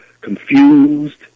confused